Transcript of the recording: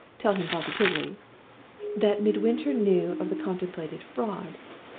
tell him positively that midwinter knew of the contemplated fraud,